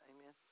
amen